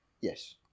Yes